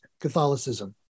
Catholicism